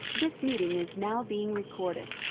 this meeting is now being recorded.